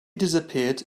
disappeared